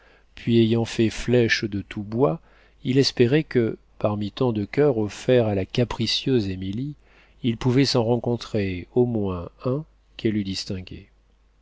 puis ayant fait flèche de tout bois il espérait que parmi tant de coeurs offerts à la capricieuse émilie il pouvait s'en rencontrer au moins un qu'elle eût distingué